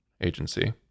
agency